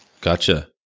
Gotcha